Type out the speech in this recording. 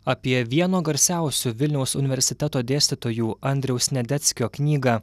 apie vieno garsiausių vilniaus universiteto dėstytojų andriaus sniadeckio knygą